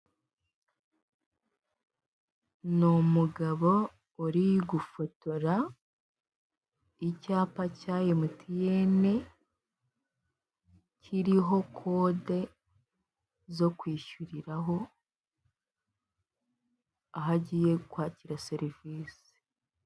Ni umugabo uri gufotora icyapa cya emutiyene kiriho kode zo kwishyuriraho, aho agiye kwakira serivise.